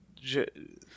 je